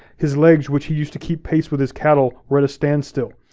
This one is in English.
his legs which he used to keep pace with his cattle were at a standstill.